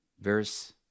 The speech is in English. Verse